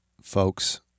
folks